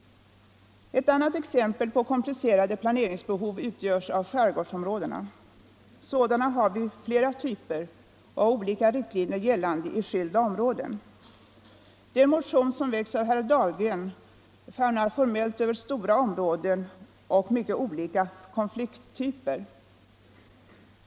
Ett annat exempel på komplicerade planeringsbehov utgörs av skärgårdsområdena. Sådana har vi av flera typer och med olika riktlinjer, gällande i skilda områden. Den motion som väckts av herr Dahlgren famnar formellt över stora områden och mycket olika konflikttyper.